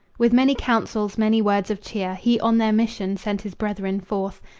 with many counsels, many words of cheer, he on their mission sent his brethren forth,